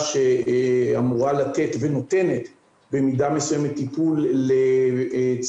שאמורה לתת ונותנת במידה מסוימת טיפול לצעירים,